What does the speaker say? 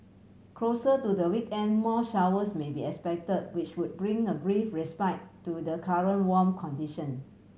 closer to the weekend more showers may be expect which would bring a brief respite to the current warm condition